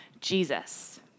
Jesus